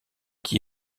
qui